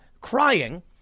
crying